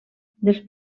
dels